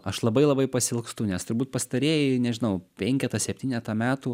aš labai labai pasiilgstu nes turbūt pastarieji nežinau penketa septyneta metų